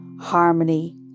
harmony